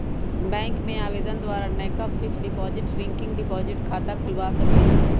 bank में आवेदन द्वारा नयका फिक्स्ड डिपॉजिट, रिकरिंग डिपॉजिट खता खोलबा सकइ छी